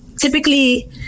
typically